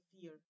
fear